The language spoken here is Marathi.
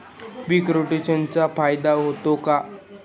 पीक रोटेशनचा फायदा होतो का?